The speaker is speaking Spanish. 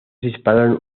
dispararon